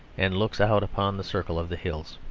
and looks out upon the circle of the hills.